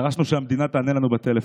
דרשנו שהמדינה תענה לנו בטלפון.